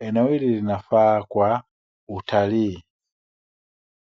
Eneo hili linafaa kwa utalii.